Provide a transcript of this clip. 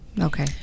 Okay